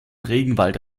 regenwald